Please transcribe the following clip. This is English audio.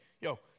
yo